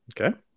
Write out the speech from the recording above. Okay